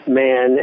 man